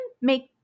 make